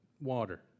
water